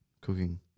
cooking